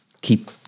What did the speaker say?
keep